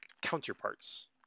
counterparts